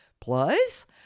Plus